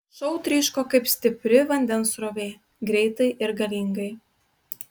šou tryško kaip stipri vandens srovė greitai ir galingai